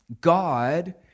God